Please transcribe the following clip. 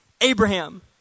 Abraham